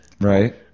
Right